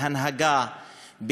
כהנהגה,